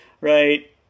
right